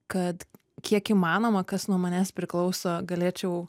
kad kiek įmanoma kas nuo manęs priklauso galėčiau